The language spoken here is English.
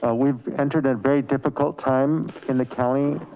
ah we've entered a very difficult time in the county.